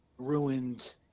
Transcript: ruined